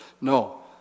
No